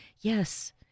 yes